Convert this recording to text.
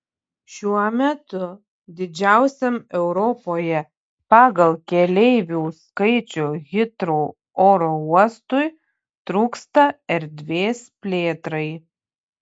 šiuo metu didžiausiam europoje pagal keleivių skaičių hitrou oro uostui trūksta erdvės plėtrai